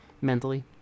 mentally